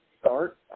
start